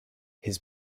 his